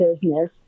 business